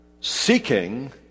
Seeking